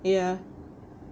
ya